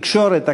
תקשורת,